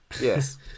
yes